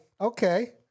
okay